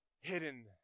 hidden